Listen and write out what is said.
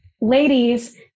ladies